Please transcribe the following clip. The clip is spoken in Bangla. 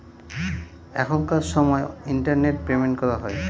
এখনকার সময় ইন্টারনেট পেমেন্ট করা হয়